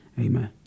Amen